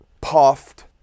puffed